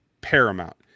paramount